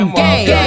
game